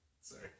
Sorry